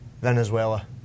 Venezuela